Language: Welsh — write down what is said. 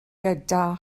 gyda